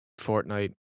Fortnite